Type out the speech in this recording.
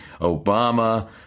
Obama